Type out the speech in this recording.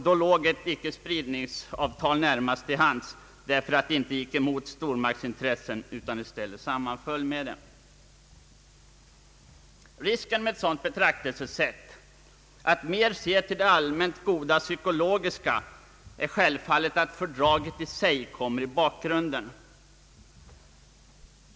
Då låg ett icke-spridningsfördrag närmast till hands, därför att det inte gick emot stormaktsintressen utan i stället sammanföll med dem. Risken med ett sådant betraktelsesätt, att mer se till allmänt goda psykologiska effekter, är självfallet att fördraget i sig kommer i bakgrunden.